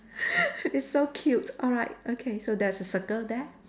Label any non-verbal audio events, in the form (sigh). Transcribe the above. (laughs) it's so cute alright okay so there's a circle there